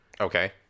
Okay